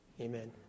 Amen